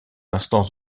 instance